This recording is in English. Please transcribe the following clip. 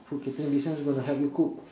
food catering business who's going to help you cook